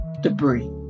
debris